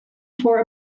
for